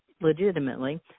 legitimately